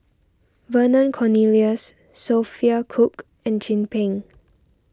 Vernon Cornelius Sophia Cooke and Chin Peng